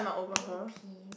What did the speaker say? I need to pee